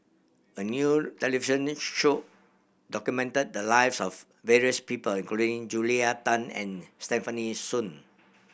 a new television show documented the lives of various people including Julia Tan and Stefanie Sun